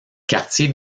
quartiers